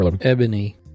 Ebony